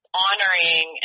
honoring